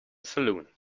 saloon